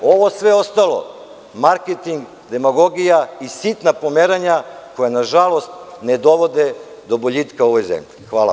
Ovo sve ostalo, marketing, demagogija i sitna pomeranja koja nažalost ne dovode do boljitka u ovoj zemlji.